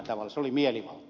se oli mielivaltaa